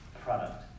product